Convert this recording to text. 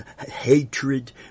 hatred